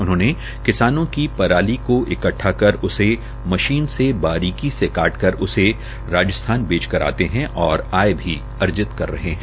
उन्होंने किसानों की पराली को इकट्ठा कर उसे मशीन से बरीकी से काट कर उसे राजस्थान बेचकर आते है और आय भी अर्जित कर रहे है